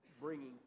bringing